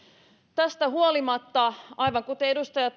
tästä huolimatta aivan kuten edustaja